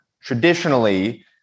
traditionally